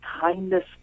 kindness